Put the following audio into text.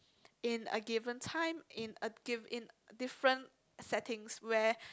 in a given time in a give in different settings where